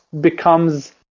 becomes